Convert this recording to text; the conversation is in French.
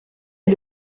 est